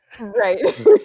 right